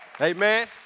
Amen